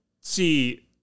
see